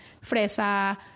fresa